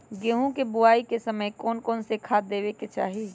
गेंहू के बोआई के समय कौन कौन से खाद देवे के चाही?